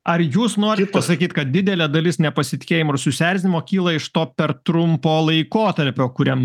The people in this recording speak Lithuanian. ar jūs norit pasakyt kad didelė dalis nepasitikėjimo ir susierzinimo kyla iš to per trumpo laikotarpio kuriam